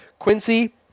Quincy